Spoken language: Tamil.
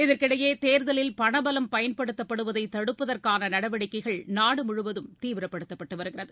இதற்கிடையே தேர்தலில் பண பலம் பயன்படுத்தப்படுவதை தடுப்பதற்கான நடவடிக்கைகள் நாடு முழுவதும் தீவிரப்படுத்தப்பட்டு வருகின்றன